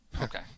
Okay